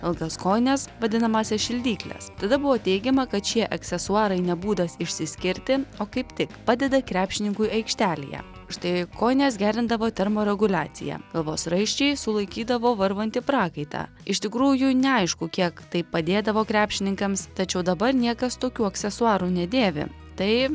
ilgas kojines vadinamąsias šildykles tada buvo teigiama kad šie aksesuarai ne būdas išsiskirti o kaip tik padeda krepšininkui aikštelėje štai kojinės gerindavo termoreguliaciją galvos raiščiai sulaikydavo varvantį prakaitą iš tikrųjų neaišku kiek tai padėdavo krepšininkams tačiau dabar niekas tokių aksesuarų nedėvi tai